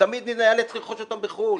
ותמיד נאלץ לרכוש אותם בחו"ל.